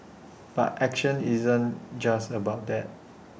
but action isn't just about that